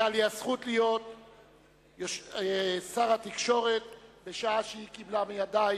היתה לי הזכות להיות שר התקשורת בשעה שהיא קיבלה מידי